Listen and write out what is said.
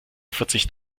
verzicht